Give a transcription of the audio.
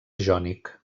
jònic